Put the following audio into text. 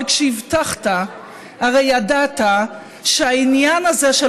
אבל כשהבטחת הרי ידעת שהעניין הזה של